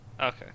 Okay